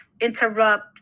interrupt